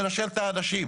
לנשל את האנשים.